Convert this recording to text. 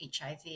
HIV